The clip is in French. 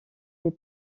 les